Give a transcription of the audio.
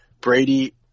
Brady